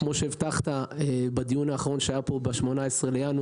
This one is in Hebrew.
כפי שהבטחת בדיון האחרון שהיה פה ב-18 בינואר,